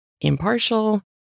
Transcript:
impartial